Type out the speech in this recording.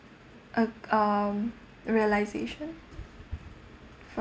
uh um realisation